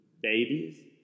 babies